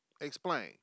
explain